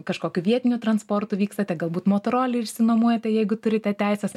kažkokiu vietiniu transportu vykstate galbūt motorolerį išsinuomojate jeigu turite teises